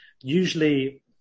Usually